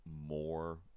more